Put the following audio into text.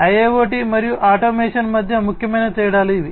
IIoT మరియు automation మధ్య ముఖ్యమైన తేడాలు ఇవి